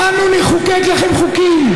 אנו נחוקק לכם חוקים,